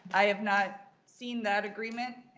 i've not seen that agreement